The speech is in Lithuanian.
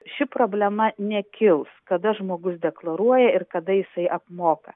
ši problema nekils kada žmogus deklaruoja ir kada jisai apmoka